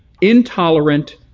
intolerant